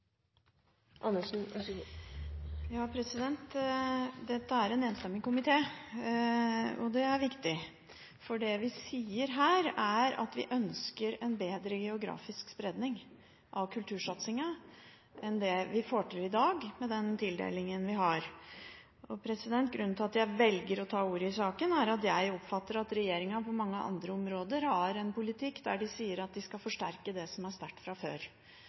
en enstemmig komité og det er viktig, for det vi sier her, er at vi ønsker en bedre geografisk spredning av kultursatsingen enn det vi får til i dag med den tildelingen vi har. Grunnen til at jeg velger å ta ordet i saken, er at jeg oppfatter at regjeringen på mange andre områder har en politikk der de sier at de skal forsterke det som er sterkt fra før.